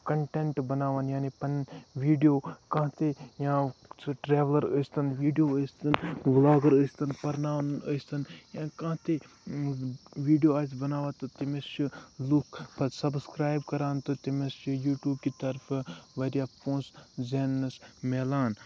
content بَناوان یعنی پَنٕنۍ ویٖڈیو کانٛہہ تہِ یا سُہ ٹریولر ٲسۍ تن سُہ ویٖڈیو ٲسۍ تَن ؤلاگر ٲسۍ تن پَرناوَن ٲسۍ تن یا کانٛہہ تہِ ویٖڈیو آسہِ بَناوان تہٕ تٔمِس چھِ لُکھ پَتہٕ سَبسکریب پتہٕ کران تہٕ تٔمِس چھِ یوٗٹوٗب کہِ طرفہٕ واریاہ پونسہٕ زینَس میلان